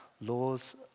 laws